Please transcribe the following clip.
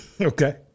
Okay